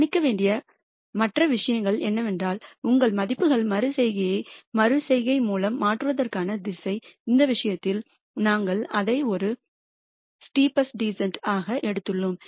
கவனிக்க வேண்டிய மற்ற விஷயங்கள் என்னவென்றால் உங்கள் மதிப்புகள் மறு செய்கையை மறு செய்கை மூலம் மாற்றுவதற்கான திசை இந்த விஷயத்தில் நாங்கள் அதை ஒரு ஸ்டேபஸ்ட் டிசன்ட் ஆக எடுத்துள்ளோம்